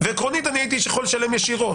ועקרונית הייתי יכול לשלם ישירות,